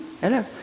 hello